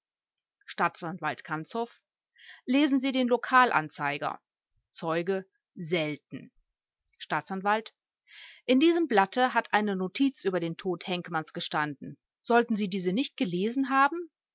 lesen sie den lokalanzeiger ger zeuge selten staatsanwalt in diesem blatte hat eine notiz über den tod henkmanns gestanden sollten sie diese nicht gelesen haben